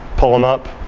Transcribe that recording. pull them up.